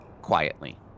quietly